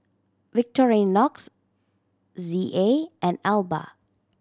Victorinox Z A and Alba